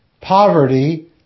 poverty